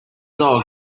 dog